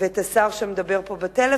ואת השר שמדבר פה בטלפון,